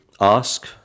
ask